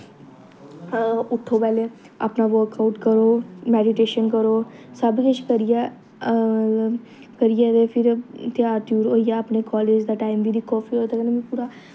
उट्ठो पैह्लें अपना वर्क आउट करो मैडिटेशन करो सब किश करियै करियै ते फिर त्यार त्यूर होइयै अपने कालेज दा टाइम बी दिक्खो फिर ओह्दे कन्नै पूरा